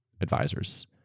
advisors